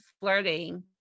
flirting